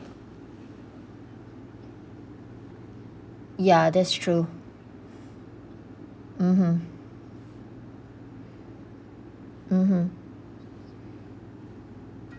ya that's true mmhmm mmhmm